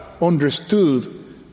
understood